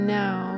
now